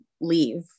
leave